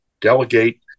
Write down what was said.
delegate